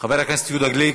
חבר הכנסת יהודה גליק,